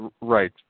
Right